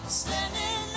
standing